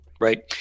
right